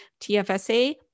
TFSA